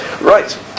right